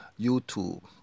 YouTube